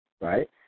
right